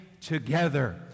together